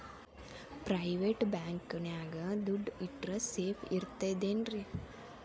Private bank ನ್ಯಾಗ್ ದುಡ್ಡ ಇಟ್ರ ಸೇಫ್ ಇರ್ತದೇನ್ರಿ?